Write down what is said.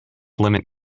limit